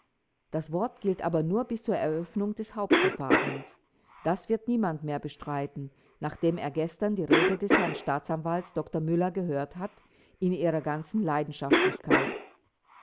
das wort gilt aber nur bis zur eröffnung des hauptverfahrens das wird niemand mehr bestreiten nachdem er gestern die rede des herrn staatsanwalts dr müller gehört hat in ihrer ganzen leidenschaftlichkeit